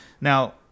Now